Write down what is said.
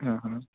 हां हां